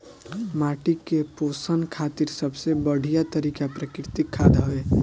माटी के पोषण खातिर सबसे बढ़िया तरिका प्राकृतिक खाद हवे